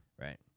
Right